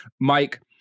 mike